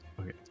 Okay